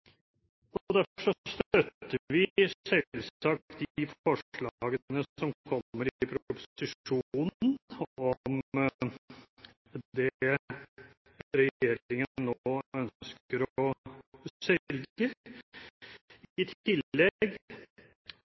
Derfor støtter vi selvsagt de forslagene som kommer i proposisjonen om det regjeringen nå ønsker å selge. I tillegg